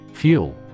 Fuel